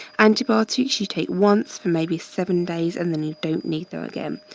antibiotics, you take once for maybe seven days and then you don't need them again.